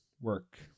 work